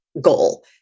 goal